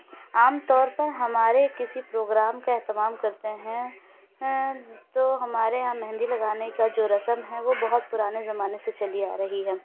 عام طور پر ہمارے کسی پروگرام کا اہتمام کرتے ہیں تو ہمارے یہاں مہندی لگانے کا جو رسم ہے وہ بہت پرانے زمانے سے چلی آ رہی ہے